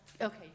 Okay